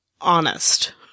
honest